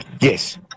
Yes